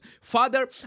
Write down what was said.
Father